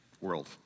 world